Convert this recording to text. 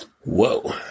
Whoa